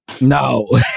No